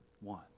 one